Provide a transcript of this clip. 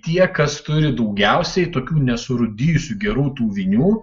tie kas turi daugiausiai tokių nesurūdijusių gerų tų vinių